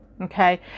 Okay